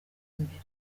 imbere